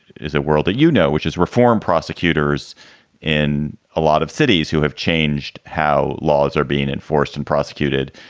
is a world that, you know, which is reform prosecutors in a lot of cities who have changed how laws are being enforced and prosecuted,